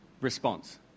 response